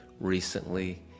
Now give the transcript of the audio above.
recently